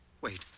wait